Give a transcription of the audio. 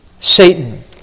Satan